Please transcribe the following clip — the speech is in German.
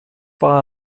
war